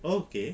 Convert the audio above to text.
okay